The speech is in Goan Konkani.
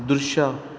दृश्य